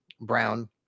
brown